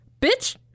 bitch